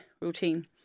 routine